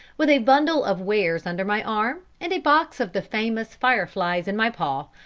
with a bundle of wares under my arm and a box of the famous fire-flies in my paw,